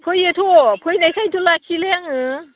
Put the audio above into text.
फैयोथ' फैनायखायनोथ' लाखियोलै आङो